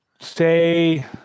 say